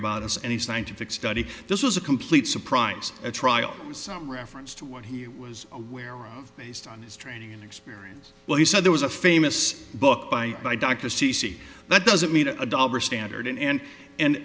about us any scientific study this was a complete surprise at trial some reference to what he was where we based on his training and experience well he said there was a famous book by by dr c c that doesn't mean a double standard in and